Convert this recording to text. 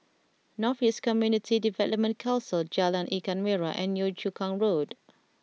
North East Community Development Council Jalan Ikan Merah and Yio Chu Kang Road